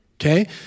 Okay